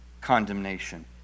condemnation